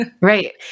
Right